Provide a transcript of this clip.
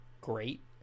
Great